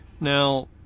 Now